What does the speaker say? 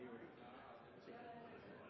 gjør du